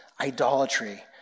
idolatry